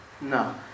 No